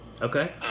okay